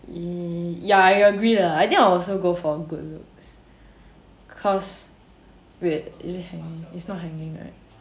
ya I agree lah I think I will also go for good looks cause wait is it hanging it's not hanging right